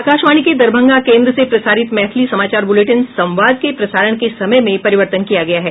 आकाशवाणी के दरभंगा केन्द्र से प्रसारित मैथिली समाचार ब्रलेटिन संवाद के प्रसारण के समय में परिवर्तन किया गया है